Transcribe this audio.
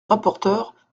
rapporteur